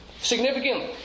Significantly